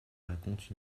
racontent